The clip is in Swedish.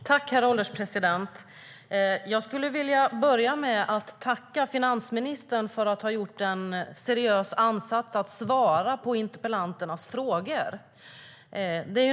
Herr ålderspresident! Jag skulle vilja börja med att tacka finansministern för att hon har gjort en seriös ansats att svara på interpellanternas frågor.